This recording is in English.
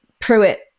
Pruitt